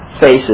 faces